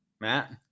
Matt